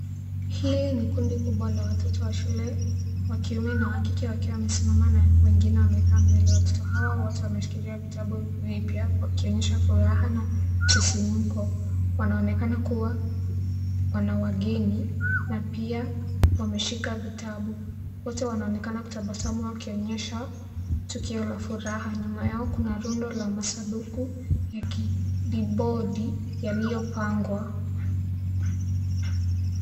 Hili ni kundi kubwa la watoto wa shule wa kiume na kike wakiwa wamesimama na wengine wamekaa mbele. Watoto hawa wote wameshikilia vitabu jipya wakionyesha furaha na msisimko. Wanaonekana kuwa wana wageni na pia wameshika vitabu. Wote wanaonekana kutabasamu wakionyesha tukio la furaha. Nyuma yao kuna rundo la masanduku ya kidibodi yaliopangwa.